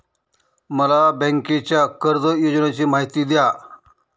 मला बँकेच्या कर्ज योजनांची माहिती द्या